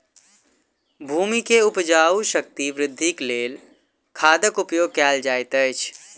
भूमि के उपजाऊ शक्ति वृद्धिक लेल खादक उपयोग कयल जाइत अछि